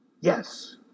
Yes